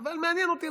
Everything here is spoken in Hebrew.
אבל מעניין אותי,